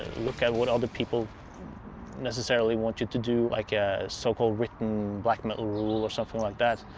look at what other people necessarily want you to do, like a so-called written black metal rule or something like that.